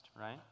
right